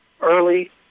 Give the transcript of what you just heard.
early